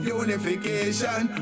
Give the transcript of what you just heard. unification